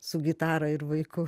su gitara ir vaiku